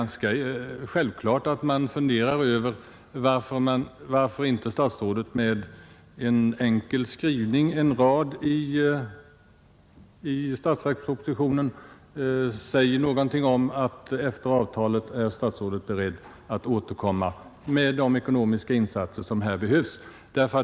Men det är självklart att man funderar över varför statsrådet inte framhåller detta i en enkel skrivning, en rad i statsverkspropositionen.